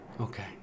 Okay